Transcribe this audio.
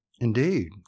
Indeed